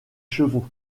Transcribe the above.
chevaux